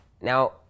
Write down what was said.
Now